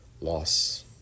Loss